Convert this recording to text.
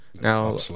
now